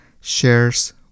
shares